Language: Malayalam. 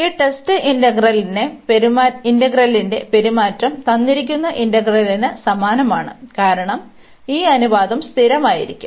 ഈ ടെസ്റ്റ് ഇന്റഗ്രലിന്റെ പെരുമാറ്റം തന്നിരിക്കുന്ന ഇന്റഗ്രലിന് സമാനമാണ് കാരണം ഈ അനുപാതം സ്ഥിരമായിരിക്കും